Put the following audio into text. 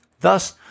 Thus